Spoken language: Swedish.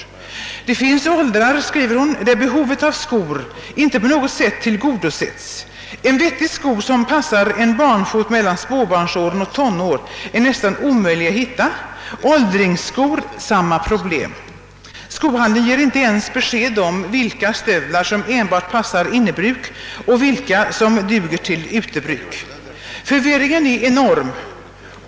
Det finns åldrar, där behovet av skor inte på något sätt tillgodosetts. En vettig sko som passar en barnfot mellan småbarnsåren och tonår är nästan omöjlig att hitta. Åldringsskor — samma problem. Skohandeln ger inte ens besked om vilka stövlar som enbart passar innebruk och vilka som duger till utebruk. Förvirringen är enorm.